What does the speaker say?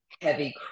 heavy